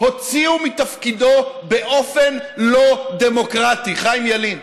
הוציאו מתפקידו באופן לא דמוקרטי, חיים ילין,